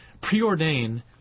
preordain